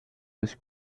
was